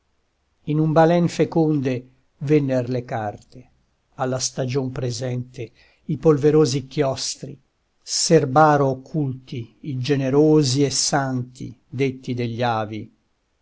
in un balen feconde venner le carte alla stagion presente i polverosi chiostri serbaro occulti i generosi e santi detti degli avi